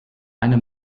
eine